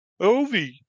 Ovi